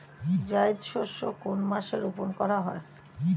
জায়িদ শস্য কোন মাসে রোপণ করা হয়?